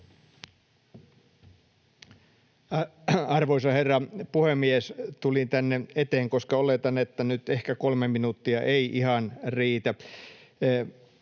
Arvoisa herra puhemies! Tulin tänne eteen, koska oletan, että nyt ehkä 3 minuuttia ei ihan riitä.